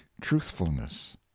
truthfulness